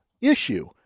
issue